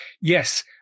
Yes